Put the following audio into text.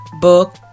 book